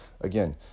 again